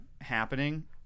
happening